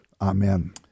Amen